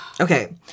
Okay